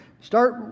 Start